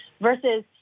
versus